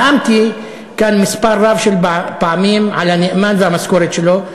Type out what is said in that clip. נאמתי כאן מספר רב של פעמים על הנאמן והמשכורת שלו.